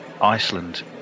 Iceland